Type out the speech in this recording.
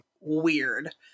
weird